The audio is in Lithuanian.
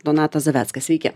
donatas zaveckas sveiki